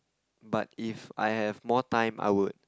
but if I have more time I would